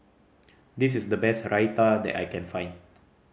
this is the best Raita that I can find